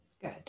Good